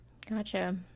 Gotcha